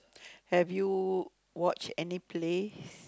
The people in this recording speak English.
have you watched any play